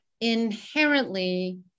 inherently